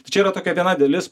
tai čia yra tokia viena dalis